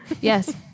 Yes